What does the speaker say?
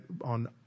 on